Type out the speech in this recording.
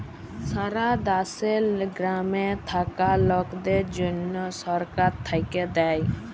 সারা দ্যাশে গ্রামে থাক্যা লকদের জনহ সরকার থাক্যে দেয়